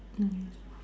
mm